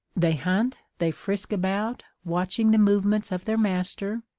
they hunt, they frisk about, watching the movements of their master,